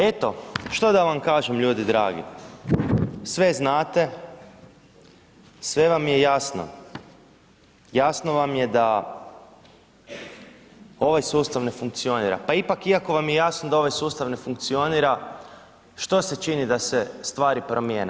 Eto, što da vam kažem ljudi dragi, sve znate, sve vam je jasno, jasno vam je da ovaj sustav ne funkcionira, pa ipak iako vam je jasno da ovaj sustav ne funkcionira, što se čini da se stvari promjene?